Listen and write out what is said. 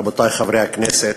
רבותי חברי הכנסת,